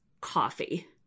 coffee